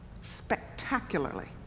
spectacularly